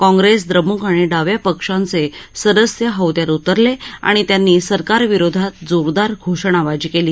काँग्रेस द्रमुक आणि डाव्या पक्षांचे सदस्य हौद्यात उतरले आणि त्यांनी सरकारविरोधात जोरदार घोषणाबाजी केली